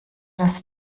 das